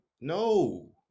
no